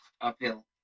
uphill